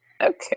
Okay